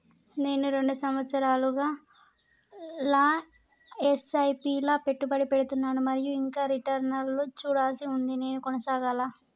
నేను రెండు సంవత్సరాలుగా ల ఎస్.ఐ.పి లా పెట్టుబడి పెడుతున్నాను మరియు ఇంకా రిటర్న్ లు చూడాల్సి ఉంది నేను కొనసాగాలా?